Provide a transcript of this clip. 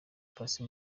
paccy